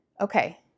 okay